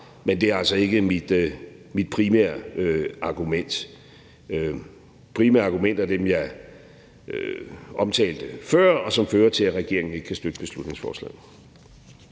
men det er altså ikke mit primære argument. Mine primære argumenter er dem, jeg omtalte før, og som fører til, at regeringen ikke kan støtte beslutningsforslaget.